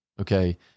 okay